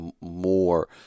more